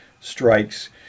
strikes